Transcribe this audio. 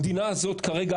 המדינה הזאת כרגע,